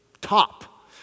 top